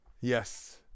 Yes